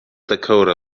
dakota